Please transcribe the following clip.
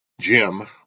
Jim